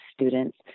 students